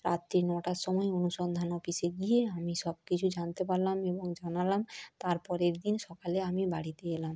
রাত্রি নটার সময় অনুসন্ধান অফিসে গিয়ে আমি সব কিছু জানতে পারলাম এবং জানালাম তার পরের দিন সকালে আমি বাড়িতে এলাম